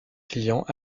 clients